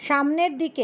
সামনের দিকে